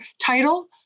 title